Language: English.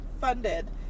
funded